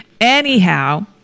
Anyhow